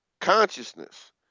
consciousness